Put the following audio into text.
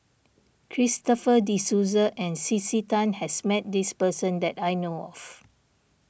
Christopher De Souza and C C Tan has met this person that I know of